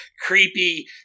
creepy